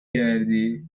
کردی